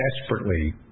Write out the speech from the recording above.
desperately